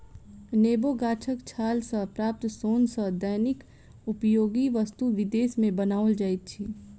नेबो गाछक छाल सॅ प्राप्त सोन सॅ दैनिक उपयोगी वस्तु विदेश मे बनाओल जाइत अछि